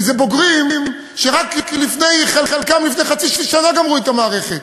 כי אלה בוגרים שחלקם רק לפני חצי שנה גמרו ללמוד במערכת,